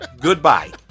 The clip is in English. Goodbye